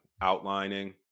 outlining